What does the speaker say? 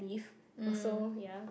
if also ya